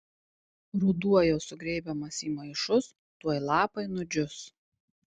ruduo jau sugrėbiamas į maišus tuoj lapai nudžius